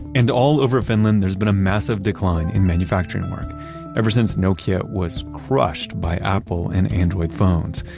and all over finland there's been a massive decline in manufacturing work ever since nokia was crushed by apple and android phones.